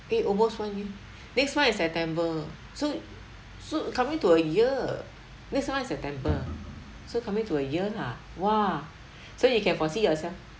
eh almost one y~ next month is september so so coming to a year next month is september so coming to a year lah !wah! so you can foresee yourself